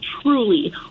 truly